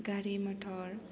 गारि मथर